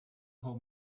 how